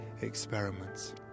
experiments